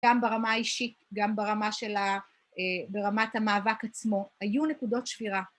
גם ברמה האישית, גם ברמת המאבק עצמו, היו נקודות שבירה.